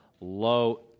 low